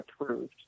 approved